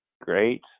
great